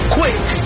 quit